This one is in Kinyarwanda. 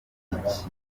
iki